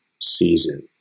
season